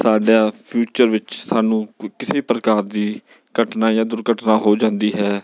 ਸਾਡਾ ਫਿਊਚਰ ਵਿੱਚ ਸਾਨੂੰ ਕਿਸੇ ਵੀ ਪ੍ਰਕਾਰ ਦੀ ਘਟਨਾ ਜਾਂ ਦੁਰਘਟਨਾ ਹੋ ਜਾਂਦੀ ਹੈ